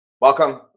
Welcome